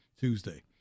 Tuesday